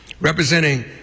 representing